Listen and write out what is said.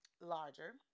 larger